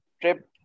trip